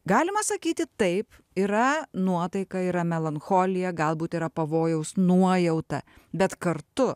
galima sakyti taip yra nuotaika yra melancholija galbūt yra pavojaus nuojauta bet kartu